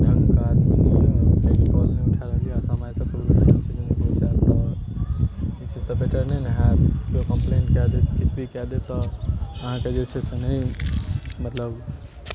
ढंगके आदमी नहि यऽ किएकि कॉल नैहि उठा रहलैया आ समय सऽ नहि पहुचैत तऽ इ चीज तऽ बेटर नहि ने होयत केओ कम्प्लेन कैऽ देत किछु भी कऽ देत अहाँके जे छै से नहि मतलब